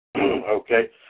Okay